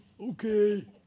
okay